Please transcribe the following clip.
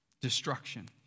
Destruction